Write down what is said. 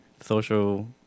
social